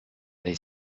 they